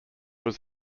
was